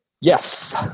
Yes